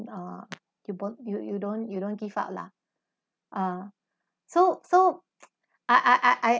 uh you d~ you you don't you don't give up lah ah so so I I I I